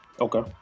Okay